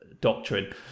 doctrine